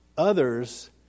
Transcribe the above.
others